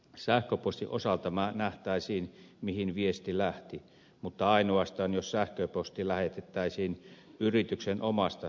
sähköpostin osalta nähtäisiin mihin viesti lähti mutta ainoastaan jos sähköposti lähetettäisiin yrityksen omasta sähköpostiohjelmasta